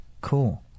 Cool